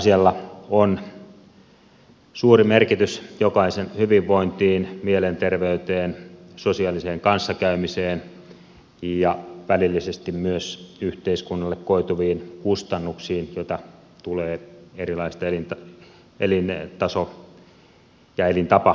asialla on suuri merkitys jokaisen hyvinvointiin mielenterveyteen sosiaaliseen kanssakäymiseen ja välillisesti myös yhteiskunnalle koituviin kustannuksiin joita tulee erilaisista elintaso ja elintapasairauksista